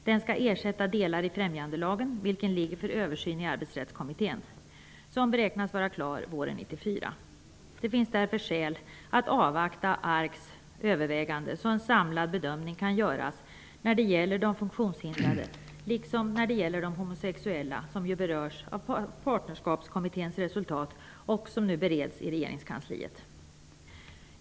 Den skall ersätta delar i främjandelagen, som ligger för översyn i Arbetsrättskommittén, vilken beräknas vara klar våren 1994. Det finns därför skäl att avvakta ARK:s överväganden, så att en samlad bedömning kan göras när det gäller de funktionshindrade. Detsamma gäller beträffande de homosexuella, som ju berörs av Partnerskapskommitténs resultat, vilket nu bereds i regeringskansliet.